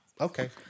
Okay